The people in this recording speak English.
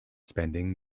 spending